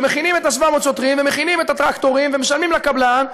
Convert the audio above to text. ומכינים את 700 השוטרים ומכינים את הטרקטורים ומשלמים לקבלן,